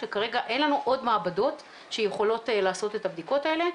שכרגע אין לנו עוד מעבדות שיכולות לעשות את הבדיקות האלה.